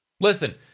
listen